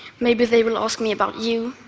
maybe they will ask me about you,